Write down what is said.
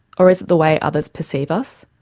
or is it the way others perceive us?